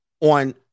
on